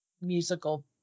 musical